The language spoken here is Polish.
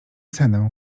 cenę